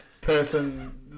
person